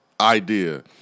idea